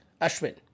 Ashwin